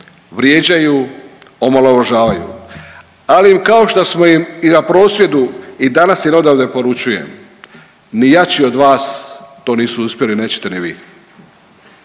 vrijeđaju, omalovažavaju. Ali kao što smo im i na prosvjedu i danas im odavde poručujem - ni jači od vas to nisu uspjeli, nećete ni vi